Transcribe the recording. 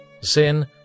Sin